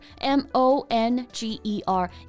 M-O-N-G-E-R